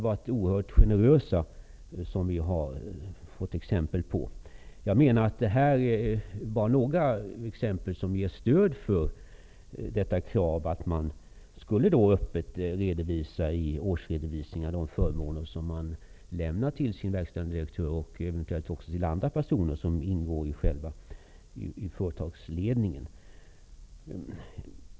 Vi har fått ta del av flera sådana exempel, och de ger stöd för kravet att öppet redovisa i årsredovisningar de förmåner som bolagets VD och eventuellt andra i företagsledningen ges.